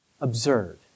absurd